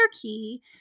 key